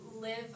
live